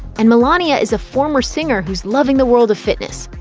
and milania is a former singer who's loving the world of fitness.